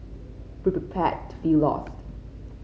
be prepared to feel lost